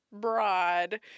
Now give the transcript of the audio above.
broad